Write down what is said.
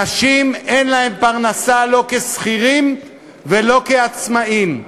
אנשים אין להם פרנסה לא כשכירים ולא כעצמאים,